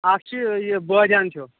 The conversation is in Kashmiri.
اَکھ چھِ یہِ بٲدِیانہٕ چھُ